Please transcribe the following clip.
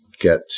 get